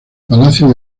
palacio